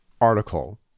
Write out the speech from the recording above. article